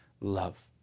love